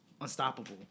unstoppable